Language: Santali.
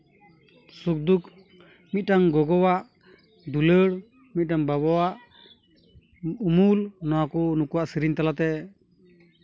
ᱥᱩᱠᱼᱫᱩᱠ ᱢᱤᱫᱴᱟᱝ ᱜᱚᱜᱚᱣᱟᱜ ᱫᱩᱞᱟᱹᱲ ᱢᱤᱫᱴᱟᱝ ᱵᱟᱵᱟᱣᱟᱜ ᱩᱢᱩᱞ ᱚᱱᱟᱠᱚ ᱱᱩᱠᱩᱣᱟᱜ ᱥᱮᱨᱮᱧ ᱛᱟᱞᱟ ᱛᱮ